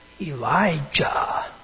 Elijah